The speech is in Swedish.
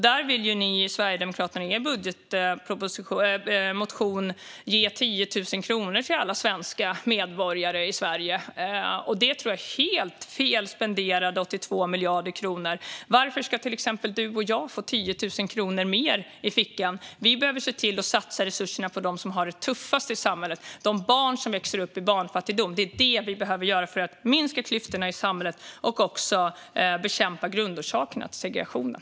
Ni i Sverigedemokraterna vill ju i er budgetmotion ge 10 000 kronor till alla svenska medborgare i Sverige, Ludvig Aspling, vilket jag tror är helt fel sätt att spendera 82 miljarder kronor. Varför ska till exempel du och jag få 10 000 kronor mer i fickan? Vi behöver i stället se till att satsa resurserna på dem som har det tuffast i samhället - de barn som växer upp i barnfattigdom. Det är det vi behöver göra för att minska klyftorna i samhället och bekämpa grundorsakerna till segregationen.